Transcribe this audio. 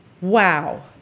wow